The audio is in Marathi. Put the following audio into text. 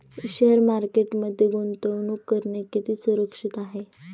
शेअर मार्केटमध्ये गुंतवणूक करणे किती सुरक्षित आहे?